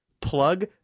plug